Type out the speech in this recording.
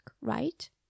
right